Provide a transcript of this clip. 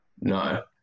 No